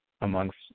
amongst